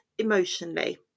emotionally